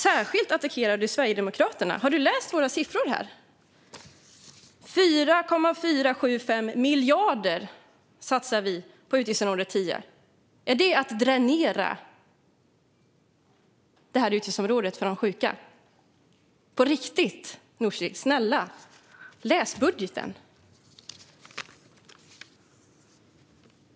Särskilt attackerar Nooshi Dadgostar Sverigedemokraterna. Har du läst våra siffror i budgeten, Nooshi Dadgostar? Vi satsar 4,475 miljarder på utgiftsområde 10. Är det att dränera detta utgiftsområde för de sjuka? På riktigt, Nooshi - snälla, läs budgeten!